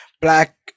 black